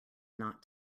not